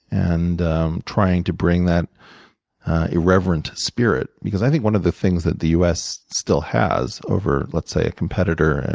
and trying to bring that irreverent spirit. because i think one of the things that the us still has over, let's say, a competitor and